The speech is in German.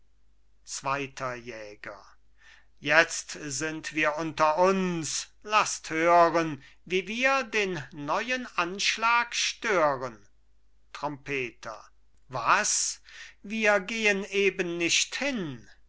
zweiter jäger jetzt sind wir unter uns laßt hören wie wir den neuen anschlag stören trompeter was wir gehen eben nicht hin